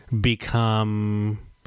become